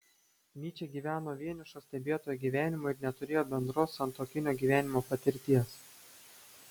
nyčė gyveno vienišo stebėtojo gyvenimą ir neturėjo bendros santuokinio gyvenimo patirties